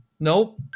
Nope